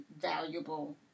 valuable